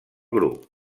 grup